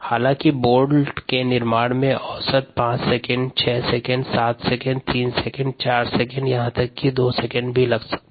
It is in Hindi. हालांकि बोल्ट निर्माण में औसतन 5 second 6 second 7 second 3 second 4 second या यहां तक 2 सेकंड लग सकता है